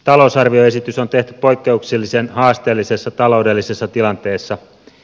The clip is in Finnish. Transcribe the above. talousarvioesitys on tehty poikkeuksellisen haasteellisessa taloudellisessa tilanteessa